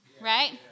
right